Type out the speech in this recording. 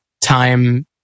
time